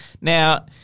Now